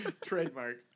Trademark